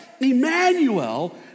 Emmanuel